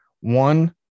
One